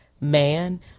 man